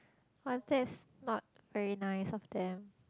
!wah! that's not very nice of them